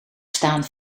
staan